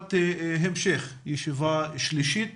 ישיבת המשך, ישיבה שלישית